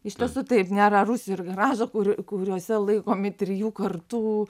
iš tiesų taip nėra rūsio ir garažo kur kuriuose laikomi trijų kartų